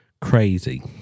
crazy